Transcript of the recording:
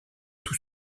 tout